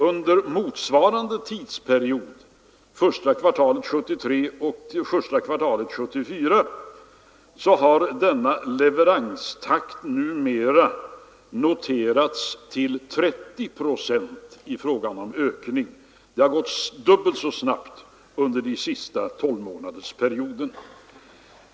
Under motsvarande tidsperiod ett år senare, från första kvartalet 1973 till första kvartalet 1974, har denna ökningstakt noterats till 30 procent. Det har gått dubbelt så snabbt under den senaste tolvmånadersperioden.